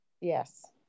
Yes